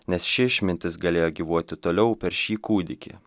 nes ši išmintis galėjo gyvuoti toliau per šį kūdikį